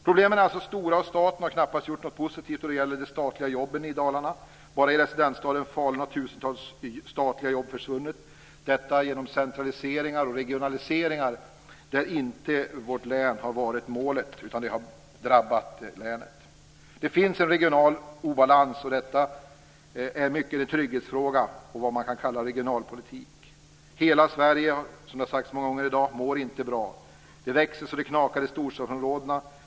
Problemen är alltså stora, och staten har knappast gjort något positivt då det gäller de statliga jobben i Dalarna. Bara i residensstaden Falun har tusentals statliga jobb försvunnit genom centraliseringar och regionaliseringar där inte vårt län har varit målet men där länet har drabbats. Det finns en regional obalans. Det är i mycket en trygghetsfråga i vad som kan kallas regionalpolitiken. Det har sagts många gånger i dag att hela Sverige inte mår bra. Det växer så det knakar i storstadsområdena.